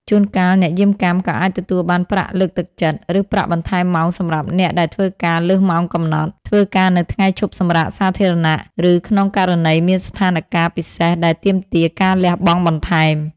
ជួនកាល អ្នកយាមកាមក៏អាចទទួលបានប្រាក់លើកទឹកចិត្ត ឬប្រាក់បន្ថែមម៉ោងសម្រាប់អ្នកដែលធ្វើការលើសម៉ោងកំណត់ ធ្វើការនៅថ្ងៃឈប់សម្រាកសាធារណៈ ឬក្នុងករណីមានស្ថានការណ៍ពិសេសដែលទាមទារការលះបង់បន្ថែម។